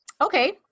Okay